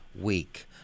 week